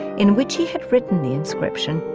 in which he had written the inscription,